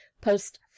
post